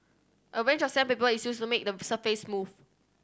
a range of sandpaper is used to make the surface smooth